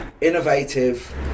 innovative